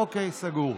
אוקיי, סגור.